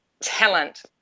talent